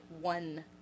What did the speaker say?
one